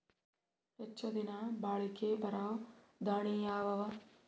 ಹೆಚ್ಚ ದಿನಾ ಬಾಳಿಕೆ ಬರಾವ ದಾಣಿಯಾವ ಅವಾ?